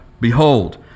Behold